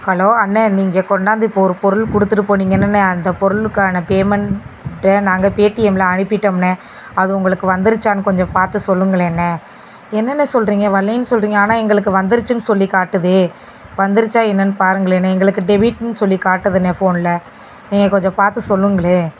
hello அண்ணே நீங்கள் கொண்டாந்து இப்போது ஒரு பொருள் கொடுத்துட்டு போனீங்கள்லேண்ணே அந்த பொருளுக்கான பேமெண்ட்டை நாங்கள் பேடிஎம்யில் அனுப்பிவிட்டோம்ணே அது உங்களுக்கு வந்துடுச்சான் கொஞ்சம் பார்த்து சொல்லுங்களேன்ணே என்ன அண்ணே சொல்கிறீங்க வரலேன் சொல்கிறீங்க ஆனால் எங்களுக்கு வந்துருச்சுன் சொல்லி காட்டுதே வந்துடுச்சா என்னென் பாருங்களேன்ணே எங்களுக்கு டெபிட்ன்னு சொல்லி காட்டதுண்ணே ஃபோனில் நீங்கள் கொஞ்சம் பார்த்து சொல்லுங்களேன்